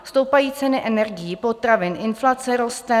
Stoupají ceny energií, potravin, inflace roste.